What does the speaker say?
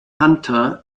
hunter